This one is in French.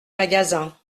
magasin